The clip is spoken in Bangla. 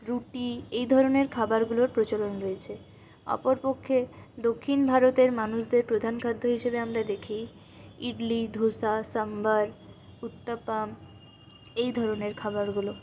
রুটি এই ধরণের খাবার গুলোর প্রচলন রয়েছে অপরপক্ষে দক্ষিণ ভারতের মানুষদের প্রধান খাদ্য হিসেবে আমরা দেখি ইডলি ধোসা সাম্বার উত্তাপাম এই ধরণের খাবারগুলো